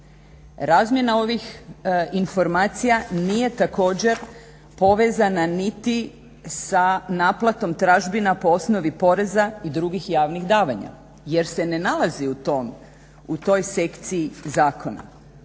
Razmjena ovih informacija nije također povezana niti sa naplatom tražbina po osnovi poreza i drugih javnih davanja jer se ne nalazi u toj sekciji zakona.